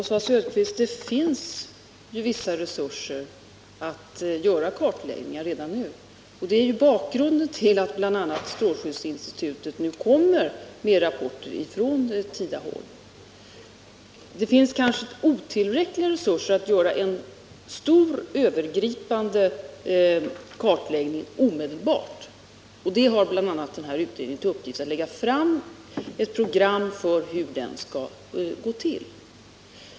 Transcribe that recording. Herr talman! Det finns vissa resurser för att göra en kartläggning redan nu. Det är bakgrunden till att bl.a. strålskyddsinstitutet nu kommer med rapporter från Tidaholm. Resurserna är kanske otillräckliga för att göra en stor och övergripande kartläggning omedelbart. Utredningen har emellertid till uppgift att lägga fram ett program för hur kartläggningen skall gå till.